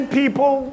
people